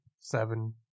seven